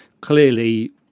Clearly